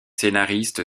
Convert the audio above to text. scénariste